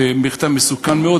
מכתב מסוכן מאוד,